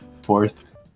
fourth